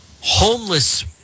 homeless